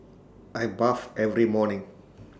I bath every morning